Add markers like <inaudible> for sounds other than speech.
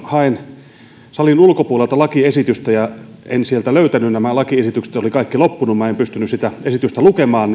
hain salin ulkopuolelta lakiesitystä ja en löytänyt kaikki nämä lakiesitykset olivat loppuneet minä en pystynyt sitä esitystä lukemaan <unintelligible>